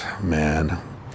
Man